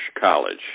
college